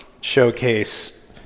showcase